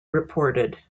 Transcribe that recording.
reported